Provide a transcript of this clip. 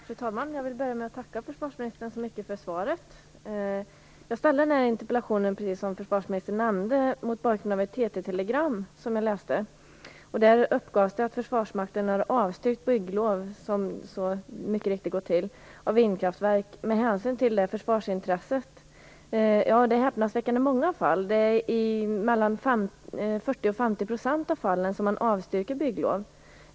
Fru talman! Jag vill börja med att tacka försvarsministern så mycket för svaret. Jag ställde interpellationen, precis som försvarsministern nämnde, mot bakgrund av ett TT-telegram som jag läste. Där uppgavs att Försvarsmakten har avstyrkt bygglov för vindkraftverk med hänsyn till försvarsintresset. Det är häpnadsväckande många fall. Det är i mellan 40 och 50 % av fallen som man avstyrker bygglov.